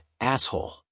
asshole